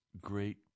great